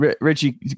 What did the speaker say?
Richie